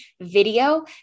video